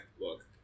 look